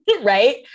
right